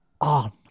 on